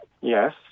yes